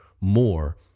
more